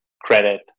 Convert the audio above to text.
credit